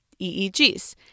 EEGs